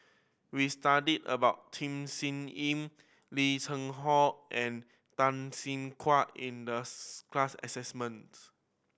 we studied about Tham Sien Yen Lim Cheng Hoe and Tan Siah Kwee in the class assignment